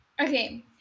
Okay